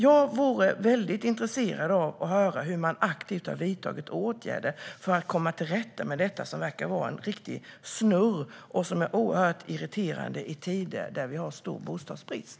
Jag är väldigt intresserad av att höra hur man aktivt har vidtagit åtgärder för att komma till rätta med detta som verkar helt snurrigt och som är oerhört irriterande i tider med stor bostadsbrist.